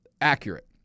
accurate